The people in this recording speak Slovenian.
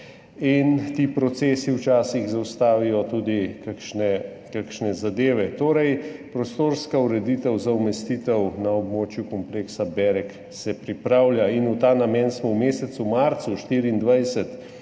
in ti procesi včasih zaustavijo tudi kakšne zadeve. Torej, prostorska ureditev za umestitev na območju kompleksa Berek se pripravlja. V ta namen smo v mesecu marcu 2024